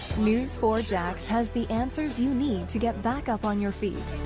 news four jax has the answers you need to get back up on your feet,